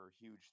huge